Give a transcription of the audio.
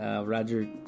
Roger